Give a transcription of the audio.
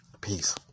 Peace